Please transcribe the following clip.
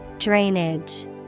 Drainage